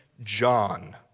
John